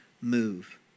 move